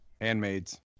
Handmaids